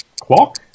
Clock